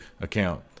account